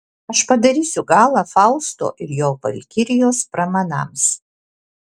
aš padarysiu galą fausto ir jo valkirijos pramanams